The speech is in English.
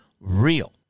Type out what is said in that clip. real